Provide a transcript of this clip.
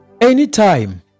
Anytime